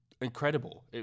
incredible